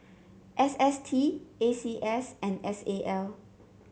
S S T A C S and S A L